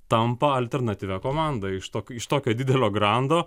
tampa alternatyvia komanda iš tok iš tokio didelio grando